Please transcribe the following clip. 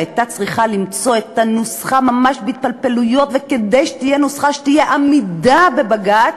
שהייתה צריכה למצוא את הנוסחה ממש בהתפלפלויות כדי שתהיה עמידה בבג"ץ,